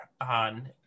on